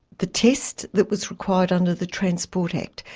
the test that was required under the transport act,